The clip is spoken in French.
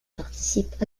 participent